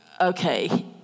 Okay